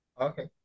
Okay